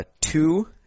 Two